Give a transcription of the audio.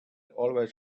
always